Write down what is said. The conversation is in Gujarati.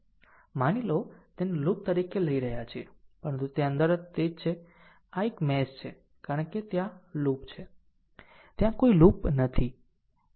માની લો તેને લૂપ તરીકે લઈ રહ્યા છે પરંતુ તે અંદર તે જ છે આ એક મેશ છે કારણ કે ત્યાં લૂપ છે ત્યાં કોઈ લૂપ નથી